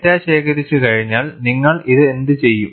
data ശേഖരിച്ചു കഴിഞ്ഞാൽ നിങ്ങൾ ഇത് എന്തു ചെയ്യും